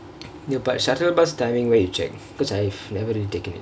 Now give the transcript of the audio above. ya but shuttle bus timingk where you check cause I've never really take it